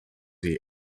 jej